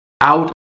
out